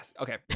okay